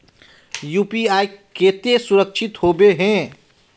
UPI केते सुरक्षित होबे है?